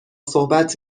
صحبت